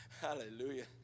Hallelujah